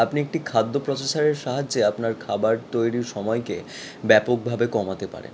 আপনি একটি খাদ্য প্রসেসারের সাহায্যে আপনার খাবার তৈরির সময়কে ব্যাপকভাবে কমাতে পারেন